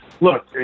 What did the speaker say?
Look